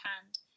hand